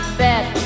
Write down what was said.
bet